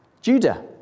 Judah